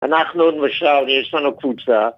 ‫אנחנו למשל יש לנו קבוצה.